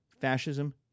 Fascism